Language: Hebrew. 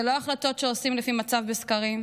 אלה לא החלטות שעושים לפי מצב בסקרים,